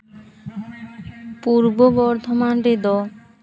ᱯᱩᱨᱵᱚ ᱵᱚᱨᱫᱷᱚᱢᱟᱱ ᱨᱮᱫᱚ